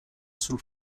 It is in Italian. sul